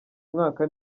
mwaka